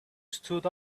stood